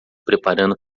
preparando